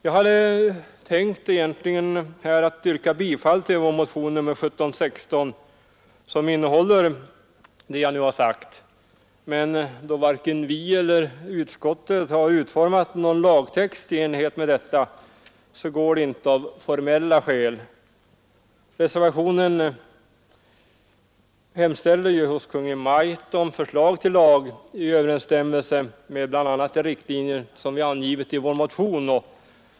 Jag hade egentligen tänkt yrka bifall till vår motion nr 1716, som innehåller det jag nu har sagt, men då varken vi motionärer eller utskottet har utformat någon lagtext i enlighet med detta, så går det inte av formella skäl. I reservationen yrkas att riksdagen skall hemställa hos Kungl. Maj:t om förslag till lag i överensstämmelse med bl.a. de riktlinjer vi angivit i vår motion.